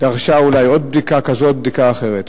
דרשה אולי עוד בדיקה כזאת, בדיקה אחרת.